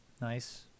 Nice